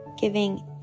giving